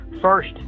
First